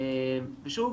שוב,